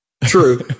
True